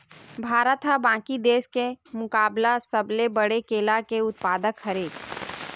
भारत हा बाकि देस के मुकाबला सबले बड़े केला के उत्पादक हरे